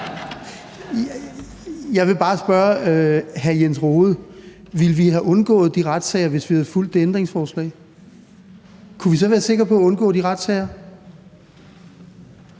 Jeg vil bare spørge hr. Jens Rohde: Ville vi have undgået de retssager, hvis vi havde fulgt det ændringsforslag? Kunne vi så være sikre på at undgå de retssager?